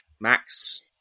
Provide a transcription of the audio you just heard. Max